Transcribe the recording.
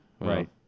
Right